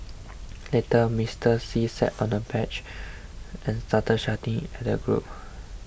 later Mister See sat on a bench and started shouting at the group